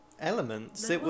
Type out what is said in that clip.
elements